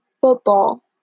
Football